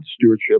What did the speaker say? stewardship